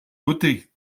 votée